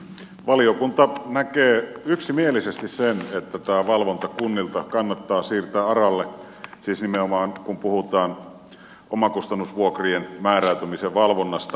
valiokunta näkee yksimielisesti sen että tämä valvonta kunnilta kannattaa siirtää aralle siis nimenomaan kun puhutaan omakustannusvuokrien määräytymisen valvonnasta